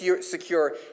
secure